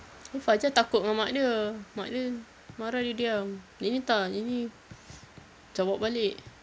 tapi fajr takut dengan mak dia mak dia marah dia diam dia ni tak dia ni jawab balik